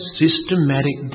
systematic